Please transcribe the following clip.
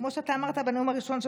כמו שאתה אמרת בנאום הראשון שלך,